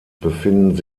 befinden